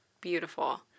beautiful